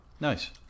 Nice